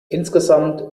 insgesamt